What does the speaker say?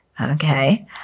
Okay